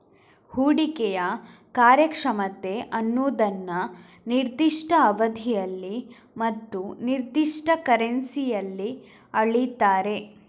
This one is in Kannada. ಹೂಡಿಕೆಯ ಕಾರ್ಯಕ್ಷಮತೆ ಅನ್ನುದನ್ನ ನಿರ್ದಿಷ್ಟ ಅವಧಿಯಲ್ಲಿ ಮತ್ತು ನಿರ್ದಿಷ್ಟ ಕರೆನ್ಸಿಯಲ್ಲಿ ಅಳೀತಾರೆ